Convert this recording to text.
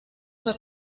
fue